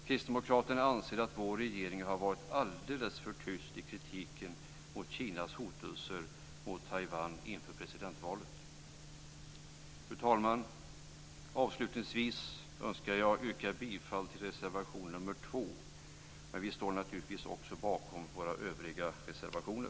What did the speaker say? Kristdemokraterna anser att vår regering har varit alldeles för tyst i kritiken av Kinas hotelser mot Herr talman! Avslutningsvis yrkar jag bifall till reservationen nr 2, men vi står naturligtvis också bakom våra övriga reservationer.